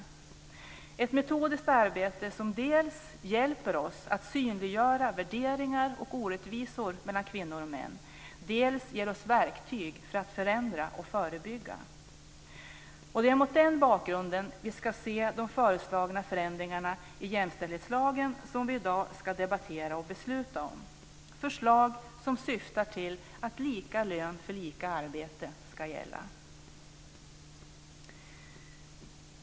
Det fordras ett metodiskt arbete som dels hjälper oss att synliggöra värderingar och orättvisor mellan kvinnor och män, dels ger oss verktyg för att förändra och förebygga. Det är mot den bakgrunden vi ska se de föreslagna förändringar i jämställdhetslagen som vi i dag ska debattera och besluta om. Det är förslag som syftar till att lika lön för lika arbete ska gälla.